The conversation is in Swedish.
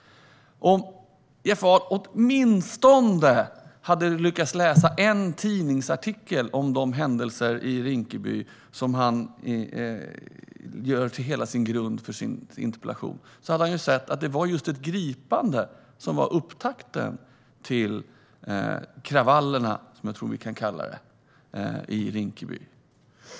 Om Jeff Ahl åtminstone hade lyckats läsa en tidningsartikel om de händelser i Rinkeby som han gör till hela grunden för sin interpellation hade han sett att det var just ett gripande som var upptakten till kravallerna, som jag tror att vi kan kalla det, i Rinkeby.